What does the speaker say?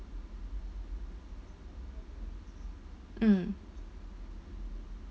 mm